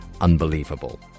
unbelievable